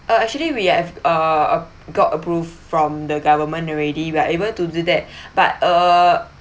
ah actually we have uh got approved from the government already we are able to do that but uh